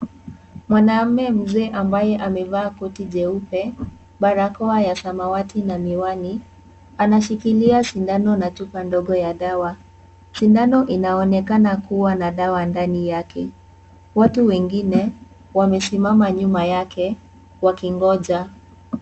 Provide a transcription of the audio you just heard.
Mwanamme mzee ambaye amevaa koti jeupe, barakoa ya samawati na miwani anashikilia sindano na chupa ndogo ya dawa, sindano inaonekana kuwa na dawa ndani yake, watu wengine wamesimama nyuma yake wakingoja.